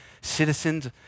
citizens